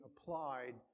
applied